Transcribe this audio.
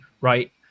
right